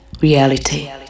reality